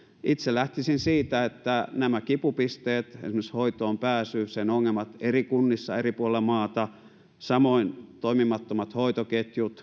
itse lähtisin siitä että nämä kipupisteet esimerkiksi hoitoon pääsy sen ongelmat eri kunnissa ja eri puolilla maata samoin toimimattomat hoitoketjut